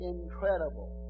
Incredible